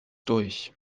durch